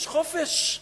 יש חופש.